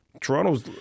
Toronto's